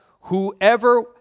whoever